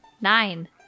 Nine